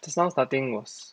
just now starting was